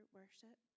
worship